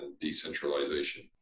decentralization